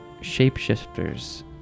shapeshifters